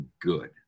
good